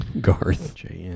Garth